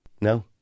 No